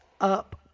up